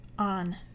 on